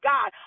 God